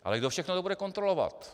Ale kdo všechno to bude kontrolovat?